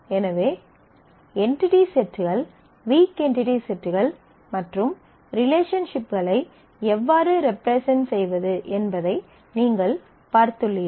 எனவே என்டிடி செட்கள் weak entity செட்கள் மற்றும் ரிலேஷன்ஷிப்களை எவ்வாறு ரெப்ரசன்ட் செய்வது என்பதை நீங்கள் பார்த்துள்ளீர்கள்